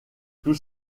tous